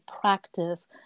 practice